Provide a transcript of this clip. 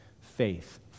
faith